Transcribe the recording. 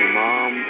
mom